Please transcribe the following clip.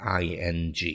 ing